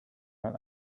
mal